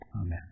Amen